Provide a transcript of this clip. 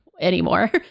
anymore